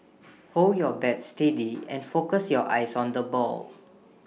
hold your bat steady and focus your eyes on the ball